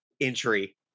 entry